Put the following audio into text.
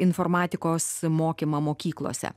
informatikos mokymą mokyklose